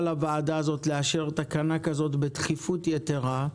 לוועדת הכלכלה לאשר תקנה כזאת בדחיפות יתרה.